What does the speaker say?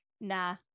nah